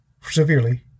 severely